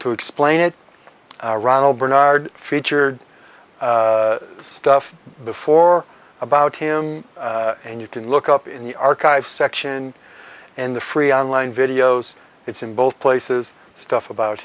it ronald bernard feature stuff before about him and you can look up in the archives section and the free online videos it's in both places stuff about